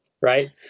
right